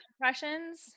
Impressions